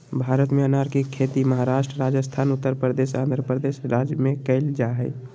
भारत में अनार के खेती महाराष्ट्र, राजस्थान, उत्तरप्रदेश, आंध्रप्रदेश राज्य में कैल जा हई